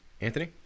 Anthony